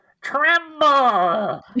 Tremble